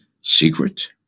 Secret